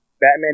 Batman